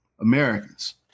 Americans